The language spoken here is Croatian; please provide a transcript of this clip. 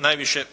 najveće,